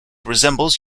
resembles